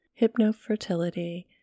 Hypnofertility